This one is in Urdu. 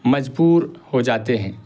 مجبور ہو جاتے ہیں